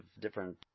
different